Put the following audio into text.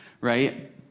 right